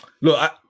look